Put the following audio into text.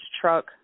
truck